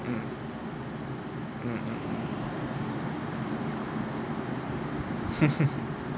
mm mm